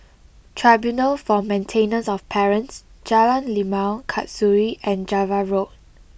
Tribunal for Maintenance of Parents Jalan Limau Kasturi and Java Road